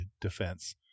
defense